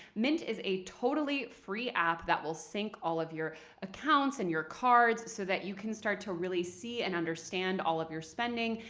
mint is a totally free app that will sync all of your accounts and your cards so that you can start to really see and understand all of your spending.